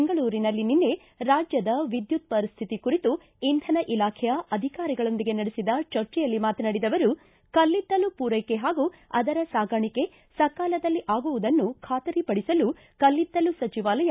ಬೆಂಗಳೂರಿನಲ್ಲಿ ನಿನ್ನೆ ರಾಜ್ಜದ ವಿದ್ಯುತ್ ಪರಿಸ್ವಿತಿ ಕುರಿತು ಇಂಧನ ಇಲಾಖೆ ಅಧಿಕಾರಿಗಳೊಂದಿಗೆ ನಡೆಸಿದ ಚರ್ಚೆಯಲ್ಲಿ ಮಾತನಾಡಿದ ಅವರು ಕಲ್ಲಿದ್ದಲು ಪೂರೈಕೆ ಹಾಗೂ ಅದರ ಸಾಗಾಣಿಕೆ ಸಕಾಲದಲ್ಲಿ ಆಗುವುದನ್ನು ಖಾತರಿ ಪಡಿಸಲು ಕಲ್ಲಿದ್ದಲು ಸಚಿವಾಲಯ